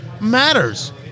matters